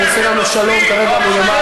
הוא עושה לנו "שלום" כרגע מלמעלה.